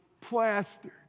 plastered